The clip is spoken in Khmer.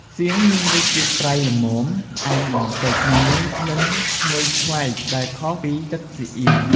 សៀង មានរសជាតិប្រៃល្មម ផ្អែមបន្តិច និងមានក្លិនឈ្ងុយប្លែក ដែលខុសពីទឹកស៊ីអុីវ។